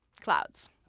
clouds